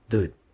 Dude